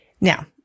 Now